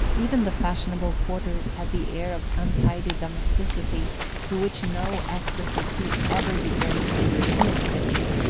even the fashionable quarters had the air of untidy domesticity to which no excess of heat ever degrades the european cities.